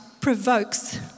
provokes